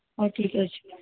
ହଉ ଠିକ୍ ଅଛି